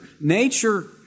Nature